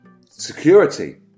security